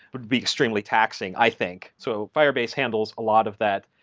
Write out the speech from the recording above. but be extremely taxing, i think. so firebase handles a lot of that,